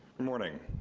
morning,